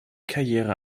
karriere